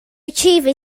achieve